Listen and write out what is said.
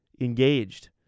engaged